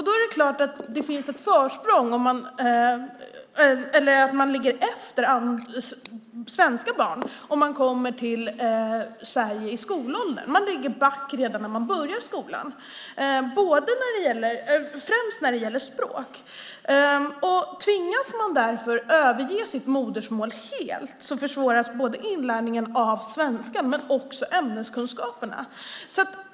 Då är det klart att man ligger efter svenska barn om man kommer till Sverige i skolåldern - man ligger back redan när man börjar skolan, främst när det gäller språk. Tvingas man därför överge sitt modersmål helt försvåras inlärningen av både svenska och ämneskunskaperna.